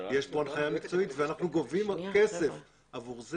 יש פה הנחיה מקצועית ואנחנו גובים כסף עבור זה